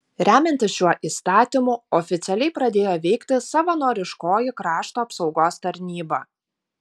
remiantis šiuo įstatymu oficialiai pradėjo veikti savanoriškoji krašto apsaugos tarnyba